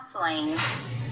counseling